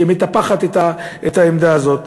שמטפחת את העמדה הזאת.